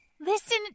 Listen